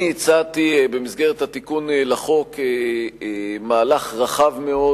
אני הצעתי במסגרת התיקון לחוק מהלך רחב מאוד